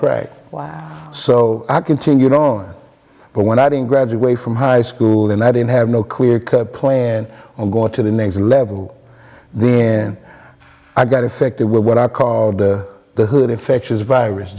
crack so i continued on but when i didn't graduate from high school and i didn't have no clear cut planned on going to the next level then i got affected with what i call the the hood infectious virus